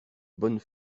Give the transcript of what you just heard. bonnes